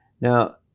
Now